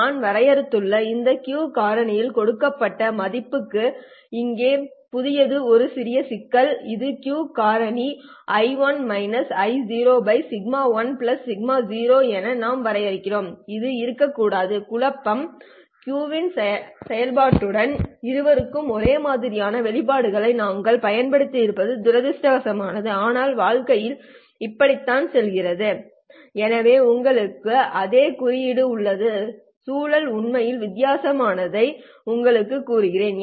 நாம் வரையறுத்துள்ள இந்த Q காரணியின் கொடுக்கப்பட்ட மதிப்புக்கு இங்கே புதியது ஒரு சிறிய சிக்கல் இது Q காரணி σ1 σ0 என நாம் வரையறுக்கிறோம் இது இருக்கக்கூடாது குழப்பம் Q செயல்பாட்டுடன் இருவருக்கும் ஒரே மாதிரியான வெளிப்பாடுகளை நாங்கள் பயன்படுத்தியிருப்பது துரதிர்ஷ்டவசமானது ஆனால் வாழ்க்கை இப்படித்தான் செல்கிறது எனவே உங்களுக்கும் அதே குறியீடு உள்ளது சூழல் உண்மையில் வித்தியாசத்தை உங்களுக்குக் கூறுகிறது